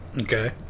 Okay